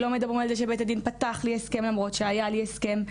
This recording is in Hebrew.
לא מדברים על זה שבית הדין פתח לי הסכם למרות שהיה לי הסכם,